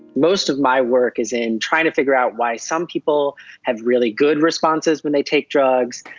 most of my work is in trying to figure out why some people have really good responses when they take drugs,